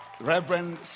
Reverend